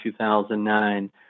2009